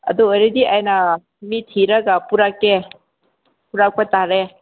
ꯑꯗꯨ ꯑꯣꯏꯔꯗꯤ ꯑꯩꯅ ꯃꯤ ꯊꯤꯔꯒ ꯄꯨꯔꯛꯀꯦ ꯄꯨꯔꯛꯄ ꯇꯥꯔꯦ